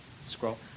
scroll